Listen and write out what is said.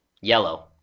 Yellow